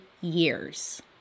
years